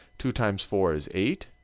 two times four is eight.